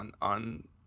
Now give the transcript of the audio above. on